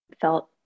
felt